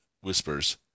whispers